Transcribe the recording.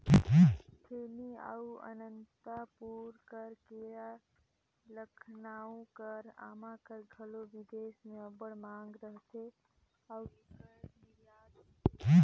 थेनी अउ अनंतपुर कर केरा, लखनऊ कर आमा कर घलो बिदेस में अब्बड़ मांग रहथे अउ एकर निरयात होथे